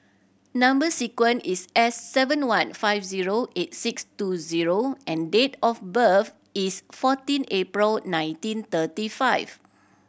number sequence is S seven one five zero eight six two zero and date of birth is fourteen April nineteen thirty five